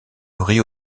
rio